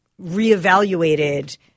reevaluated